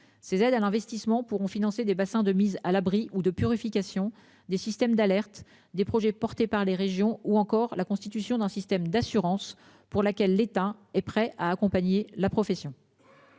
ces aides à l'investissement pourront financer des bassins de mise à l'abri ou de purification des systèmes d'alerte des projets portés par les régions ou encore la constitution d'un système d'assurance pour laquelle l'État est prêt à accompagner la profession.